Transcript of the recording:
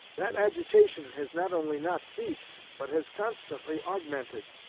that agitation has not only not ceased, but has constantly augmented.